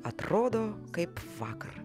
atrodo kaip vakar